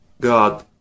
God